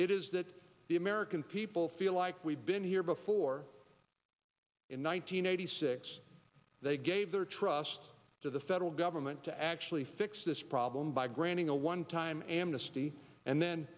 it is that the american people feel like we've been here before in one thousand nine hundred six they gave their trust to the federal government to actually fix this problem by granting a one time amnesty and then